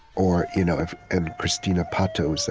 or you know if and cristina pato, so